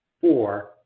four